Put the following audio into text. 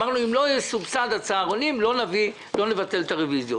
אמרנו שאם לא יסובסדו הצהרונים לא נבטל את הרביזיות.